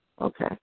Okay